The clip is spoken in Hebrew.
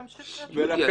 תמשיך --- יוליה,